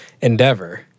endeavor